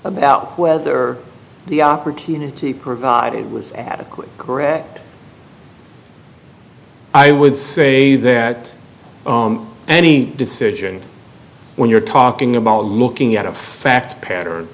about whether the opportunity provided was adequate correct i would say that any decision when you're talking about looking at a fact pattern